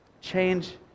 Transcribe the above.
Change